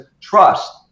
trust